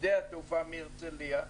שדה התעופה מהרצליה?